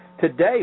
Today